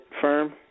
firm